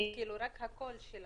השידור היה מקוטע.